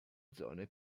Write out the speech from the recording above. zone